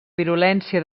virulència